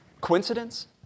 coincidence